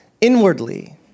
inwardly